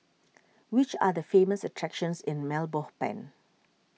which are the famous attractions in Mile Belmopan